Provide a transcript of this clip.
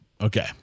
Okay